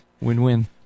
Win-win